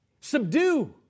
subdue